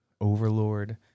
Overlord